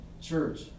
church